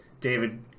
David